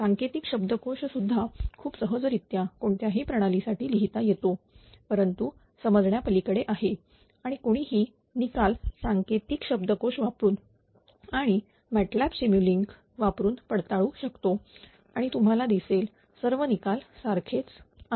सांकेतिक शब्द कोश सुद्धा खूप सहजरीत्या कोणत्याही प्रणालीसाठी लिहिता येतो परंतु समजण्या पलीकडे आहे आणि कोणीही निकाल सांकेतिक शब्दकोश वापरुन आणि MATLAB सिम यू लींक वापरून पडताळू शकतो आणि तुम्हाला दिसेल सर्व निकाल सारखेच आहेत